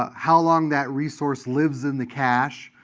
ah how long that resource lives in the cache,